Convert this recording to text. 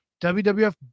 WWF